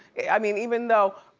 i mean, even though.